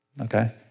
okay